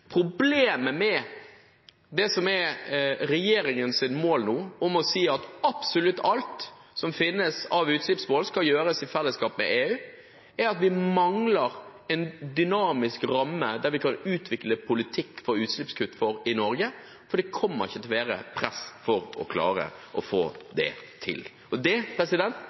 Problemet med det som er regjeringens mål nå, å si at absolutt alt som finnes av utslippsmål, skal gjøres i fellesskap med EU, er at vi mangler en dynamisk ramme der vi kan utvikle politikk for utslippskutt for Norge, for det kommer ikke til å være press for å klare å få det til. Det bekymrer meg sterkt, og det